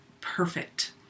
perfect